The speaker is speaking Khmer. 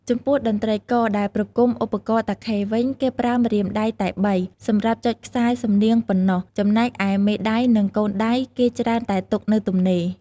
ចំពោះតន្ត្រីករដែលប្រគំឧបករណ៍តាខេវិញ គេប្រើម្រាមដៃតែបី សម្រាប់ចុចខ្សែសំនៀងប៉ុណ្ណោះ ចំណែកឯមេដៃ និងកូនដៃគេច្រើនតែទុកនៅទំនេរ។